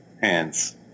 hands